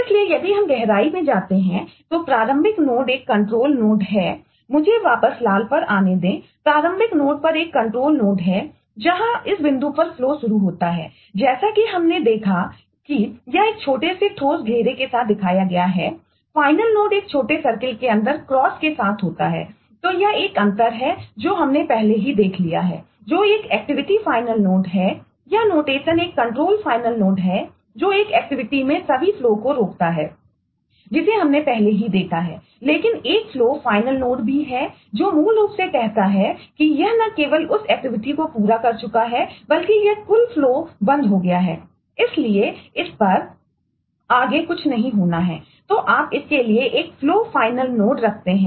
इसलिए यदि हम गहराई में जाते हैं तो प्रारंभिक नोड को रोकता है जिसे हमने पहले ही देखा है लेकिन एक फ्लो हो रहे हैं